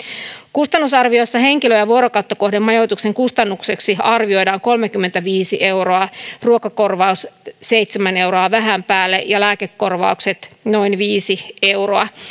kustannusarviossa henkilöä ja vuorokautta kohden majoituksen kustannukseksi arvioidaan kolmekymmentäviisi euroa ruokakorvaukseksi seitsemän euroa vähän päälle ja lääkekorvauksiksi noin viisi euroa